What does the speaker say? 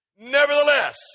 nevertheless